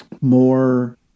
more